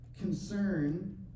concern